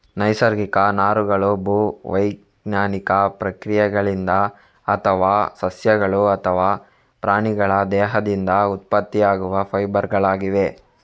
ನೈಸರ್ಗಿಕ ನಾರುಗಳು ಭೂ ವೈಜ್ಞಾನಿಕ ಪ್ರಕ್ರಿಯೆಗಳಿಂದ ಅಥವಾ ಸಸ್ಯಗಳು ಅಥವಾ ಪ್ರಾಣಿಗಳ ದೇಹದಿಂದ ಉತ್ಪತ್ತಿಯಾಗುವ ಫೈಬರ್ ಗಳಾಗಿವೆ